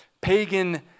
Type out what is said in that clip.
pagan